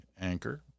anchor